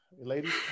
Ladies